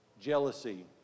Jealousy